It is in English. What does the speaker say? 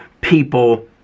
people